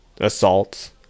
assaults